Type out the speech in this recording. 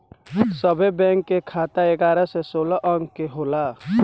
सभे बैंक के खाता एगारह से सोलह अंक के होला